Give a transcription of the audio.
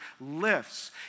lifts